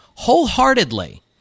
wholeheartedly